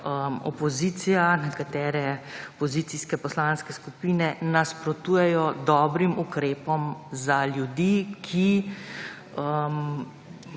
opozicija, nekatere opozicijske poslanske skupine nasprotujejo dobrim ukrepom za ljudi, ki